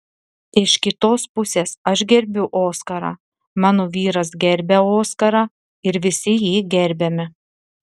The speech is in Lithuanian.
iš kitos pusės aš gerbiu oskarą mano vyras gerbia oskarą ir visi jį gerbiame